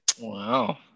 Wow